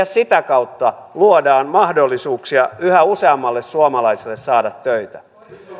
sitä kautta luodaan mahdollisuuksia yhä useammalle suomalaiselle saada töitä